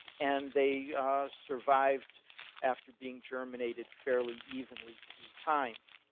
and they survived after being germinated fairly evenly through time.